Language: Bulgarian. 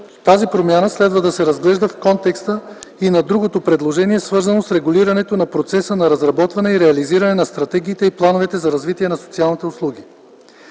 Тази промяна следва да се разглежда в контекста и другото предложение, свързано с регулирането на процеса на разработване и реализиране на стратегиите и плановете за развитие на социалните услуги.